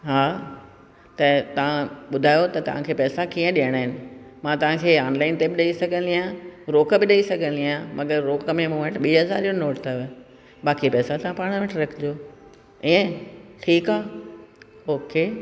हा तव्हां ॿुधायो त तव्हांखे पैसा कीअं ॾियणा आहिनि मां तव्हांखे ऑनलाइन टिप ॾेई सघंदी आहियां रोक बि ॾेई सघंदी आहियां मगरि रोक में मूं वटि ॿी हज़ार जो नोट अथव बाकी पैसा तव्हां पाण वटि रखिजो इहा ठीकु आहे ओके